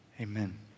Amen